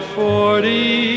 forty